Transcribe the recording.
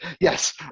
yes